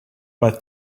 but